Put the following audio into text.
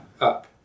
up